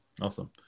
awesome